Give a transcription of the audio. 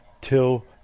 Till